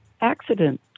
accident